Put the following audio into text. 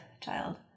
child